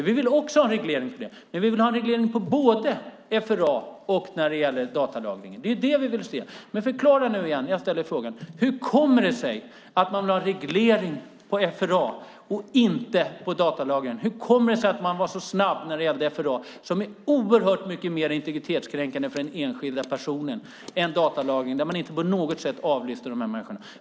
Vi vill också ha en reglering, men vi vill ha en reglering både för FRA och när det gäller datalagring. Det är det vi vill se. Jag ställer frågorna igen: Hur kommer det sig att man har en reglering för FRA och inte för datalagringen? Hur kommer det sig att man var så snabb när det gällde FRA, som är oerhört mycket mer integritetskränkande för den enskilda personen, än när det gällde datalagring, där man inte på något sätt avlyssnar människor?